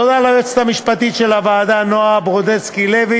תודה ליועצת המשפטית של הוועדה נועה ברודסקי-לוי,